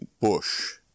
bush